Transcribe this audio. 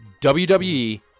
WWE